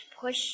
push